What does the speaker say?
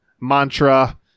mantra